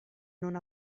non